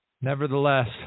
Nevertheless